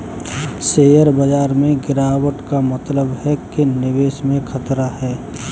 share बाजार में गिराबट का मतलब है कि निवेश में खतरा है